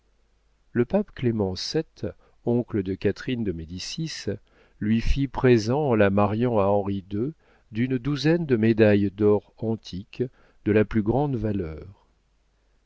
le pape clément vii oncle de catherine de médicis lui fit présent en la mariant à henri ii d'une douzaine de médailles d'or antiques de la plus grande valeur